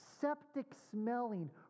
septic-smelling